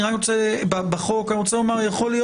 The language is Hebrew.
יכול להיות